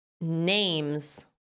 names